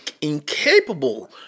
incapable